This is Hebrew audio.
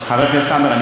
חבר הכנסת עמאר,